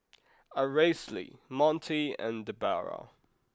Aracely Montie and Debera